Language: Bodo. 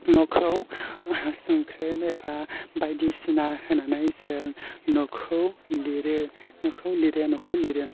न'खौ संख्रै एबा बायदिसिना होनानै जों न'खौ लिरो न'खौ लिरो